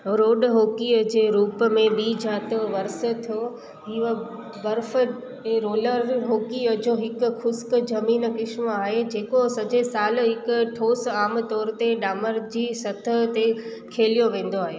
road hockey जे रूप में बि ॼातो वरसे थो हीउ बर्फ़ ऐं रोलर हॉकीअ जो हिकु ख़ुश्क ज़मीन क़िस्म आहे जेको सॼे सालु हिक ठोस आमु तोरु ते डामर जी सतह ते खेलियो वेंदो आहे